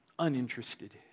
uninterested